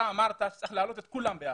רוצה להעלות את כולם.